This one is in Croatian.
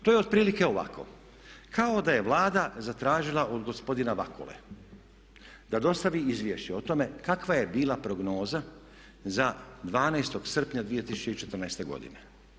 To je otprilike ovako, kao da je Vlada zatražila od gospodina Vakule da dostavi izvješće o tome kakva je bila prognoza za 12. srpnja 2014. godine.